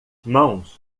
mãos